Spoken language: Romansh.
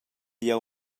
jeu